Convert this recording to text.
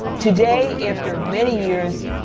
today, after many years,